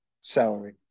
salary